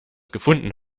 gefunden